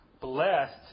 Blessed